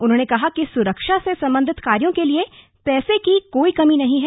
उन्होंने कहा कि सुरक्षा से संबंधित कार्यो के लिए पैसे की कोई कमी नहीं है